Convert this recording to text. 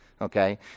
okay